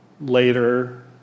later